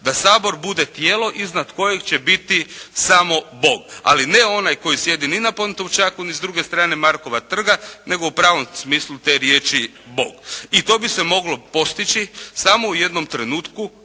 da Sabor bude tijelo iznad kojeg će biti samo Bog. Ali ne onaj koji sjedi ni na Pantovčaku ni s druge strane Markova trga nego u pravom smislu te riječi Bog. I to bi se moglo postići samo u jednom trenutku